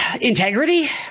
integrity